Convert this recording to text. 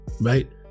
right